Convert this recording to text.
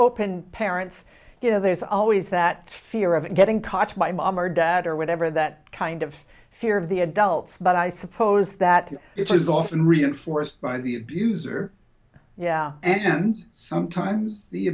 open parents you know there's always that fear of getting caught by mom or dad or whatever that kind of fear of the adults but i suppose that it is often reinforced by the abuser yeah and sometimes the